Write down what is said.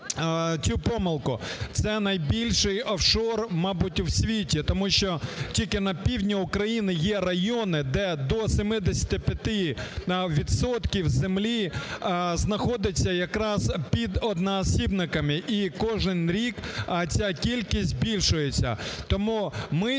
цю помилку. Це найбільший офшор, мабуть, в світі, тому що тільки на півдні України є райони, де до 75 відсотків землі знаходиться якраз під одноосібниками і кожен рік ця кількість збільшується. Тому ми